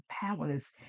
powerless